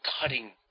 cutting